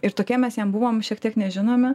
ir tokie mes jiem buvom šiek tiek nežinomi